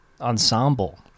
Ensemble